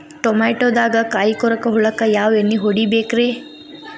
ಟಮಾಟೊದಾಗ ಕಾಯಿಕೊರಕ ಹುಳಕ್ಕ ಯಾವ ಎಣ್ಣಿ ಹೊಡಿಬೇಕ್ರೇ?